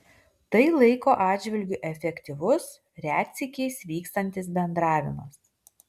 tai laiko atžvilgiu efektyvus retsykiais vykstantis bendravimas